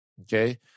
Okay